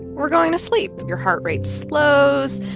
we're going to sleep. your heart rate slows.